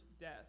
death